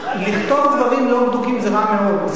לכתוב דברים לא בדוקים זה רע מאוד,